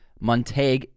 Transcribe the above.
montague